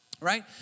right